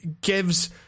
gives